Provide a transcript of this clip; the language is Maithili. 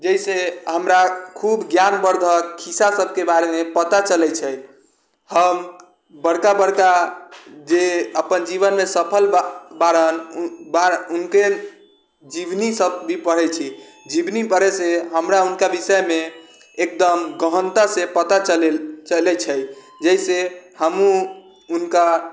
जाहिसँ हमरा खूब ज्ञानवर्धक खिस्सा सबके बारेमे पता चलै छै हम बड़का बड़का जे अपन जीवनमे सफलबा बा रहल हुनके जीवनी सब भी पढ़ै छी जीवनी पढ़ैसँ हमरा हुनकर विषयमे एकदम गहनतासँ पता चलैले चलै छै जाहिसँ हमहुँ हुनका